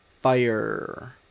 fire